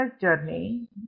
journey